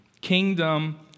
kingdom